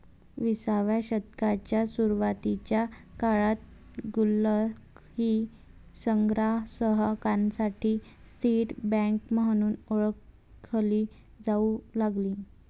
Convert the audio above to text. विसाव्या शतकाच्या सुरुवातीच्या काळात गुल्लक ही संग्राहकांसाठी स्थिर बँक म्हणून ओळखली जाऊ लागली